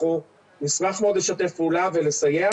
אנחנו נשמח מאוד לשתף פעולה ולסייע